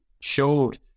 showed